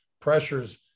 pressures